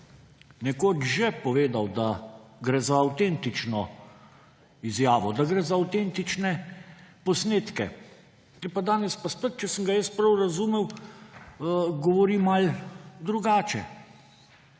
nekoč že povedal, da gre za avtentično izjavo, da gre za avtentične posnetke, pa danes spet, če sem ga jaz prav razumel, govori malo drugače.